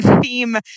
theme